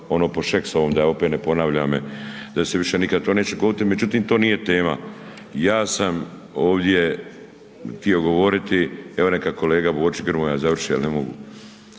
ono po Šeksovom da opet ne ponavljam, da se više nikad to neće dogoditi međutim to nije tema. Ja sam ovdje htio govoriti evo neka kolega Borić i Grmoja završe jer ne mogu,